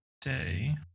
day